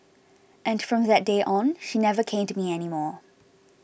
and from that day on she never caned me anymore